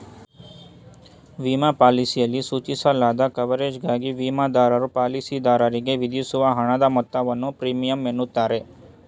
ವಿಮಾ ಪಾಲಿಸಿಯಲ್ಲಿ ಸೂಚಿಸಲಾದ ಕವರೇಜ್ಗಾಗಿ ವಿಮಾದಾರರು ಪಾಲಿಸಿದಾರರಿಗೆ ವಿಧಿಸುವ ಹಣದ ಮೊತ್ತವನ್ನು ಪ್ರೀಮಿಯಂ ಎನ್ನುತ್ತಾರೆ